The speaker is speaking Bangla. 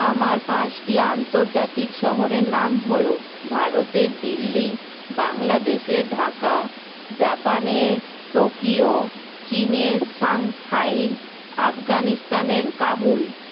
আমার পাঁচটি আন্তর্জাতিক শহরের নাম হল ভারতের দিল্লি বাংলাদেশের ঢাকা জাপানের টোকিও চিনের সাংহাই আফগানিস্তানের কাবুল